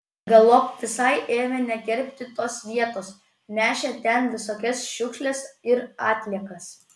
galop visai ėmė negerbti tos vietos nešė ten visokias šiukšles ir atliekas